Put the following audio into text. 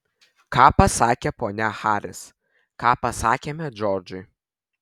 ką pasakė ponia haris ką pasakėme džordžui